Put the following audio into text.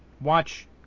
watch